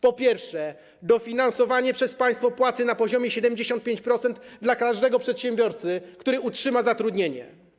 Po pierwsze, dofinansowanie przez państwo płacy na poziomie 75% dla każdego przedsiębiorcy, który utrzyma zatrudnienie.